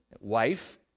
wife